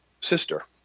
sister